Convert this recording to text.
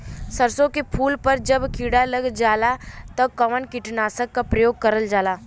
सरसो के फूल पर जब किड़ा लग जाला त कवन कीटनाशक क प्रयोग करल जाला?